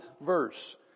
verse